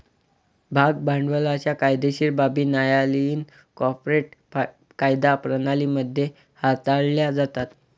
भाग भांडवलाच्या कायदेशीर बाबी न्यायालयीन कॉर्पोरेट कायदा प्रणाली मध्ये हाताळल्या जातात